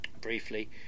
briefly